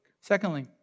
Secondly